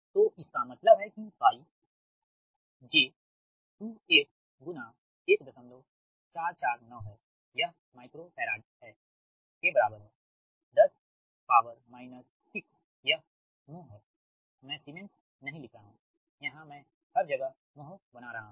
तो इसका मतलब है कि Y j 2f 1449 यह माइक्रो फैराड है के बराबर है 10 6 यह मओह है मैं सीमेंस नहीं लिख रहा हूं यहां मैं हर जगह मओह बना रहा हूं